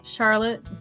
Charlotte